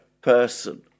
person